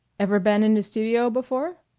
ever been in a studio before?